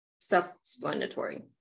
self-explanatory